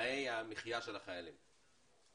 תנאי המחייה של החיילים.